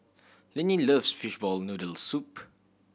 Linnie love fishball noodle soup